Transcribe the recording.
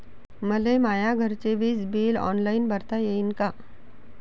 मले माया घरचे विज बिल ऑनलाईन भरता येईन का?